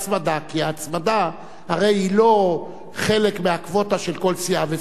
כי ההצמדה הרי אינה חלק מהקווטה של כל סיעה וסיעה.